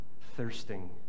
thirsting